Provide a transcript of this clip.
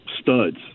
studs